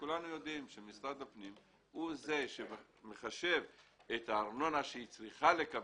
כולנו יודעים שמשרד הפנים מחשב את הארנונה שהעירייה צריכה לקבל,